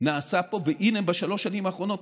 נעשה פה, והינה, בשלוש השנים האחרונות,